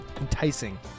Enticing